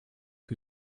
who